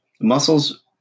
Muscles